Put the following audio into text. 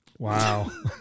Wow